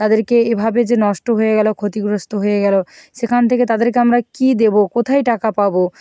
তাদেরকে এভাবে যে নষ্ট হয়ে গেলো ক্ষতিগ্রস্ত হয়ে গেলো সেখান থেকে তাদেরকে আমরা কী দেবো কোথায় টাকা পাবো